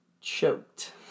choked